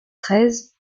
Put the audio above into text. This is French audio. treize